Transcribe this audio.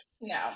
No